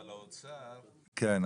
אבל האוצר --- כן,